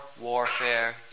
warfare